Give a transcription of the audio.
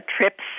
trips